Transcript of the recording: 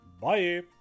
Bye